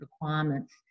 requirements